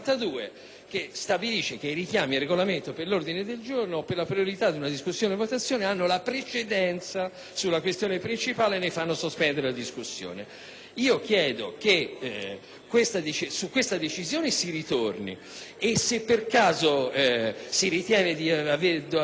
secondo cui «I richiami al Regolamento o per l'ordine del giorno o per la priorità di una discussione o votazione hanno la precedenza sulla questione principale e ne fanno sospendere la discussione». Chiedo, dunque, che su questa decisione si ritorni e, se per caso si ritiene necessario